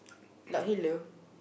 luck hello